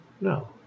No